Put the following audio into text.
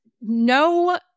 no